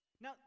Now